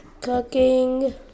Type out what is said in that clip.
Cooking